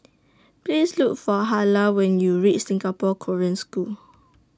Please Look For Hilah when YOU REACH Singapore Korean School